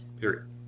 Period